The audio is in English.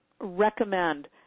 recommend